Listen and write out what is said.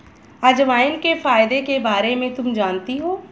अजवाइन के फायदों के बारे में तुम जानती हो?